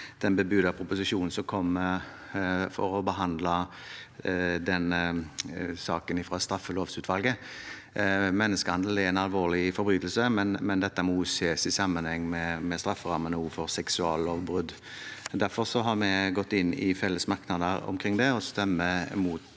den bebudede proposisjonen som kommer for å behandle saken fra Straffelovrådet. Menneskehandel er en alvorlig forbrytelse, men dette må også ses i sammenheng med strafferammene for seksuallovbrudd. Derfor har vi gått inn i fellesmerknader omkring det og stemmer mot